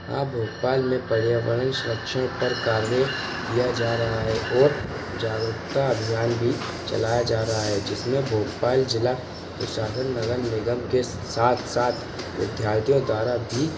हाँ भोपाल में पर्यावरण संरक्षण पर कार्य किया जा रहा है और जागरूकता अभियान भी चलाया जा रहा है जिसमें भोपाल ज़िला प्रशासन नगर निगम के साथ साथ विद्यार्थियों द्वारा भी